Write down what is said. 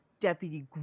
Deputy